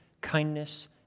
kindness